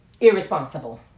irresponsible